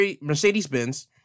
Mercedes-Benz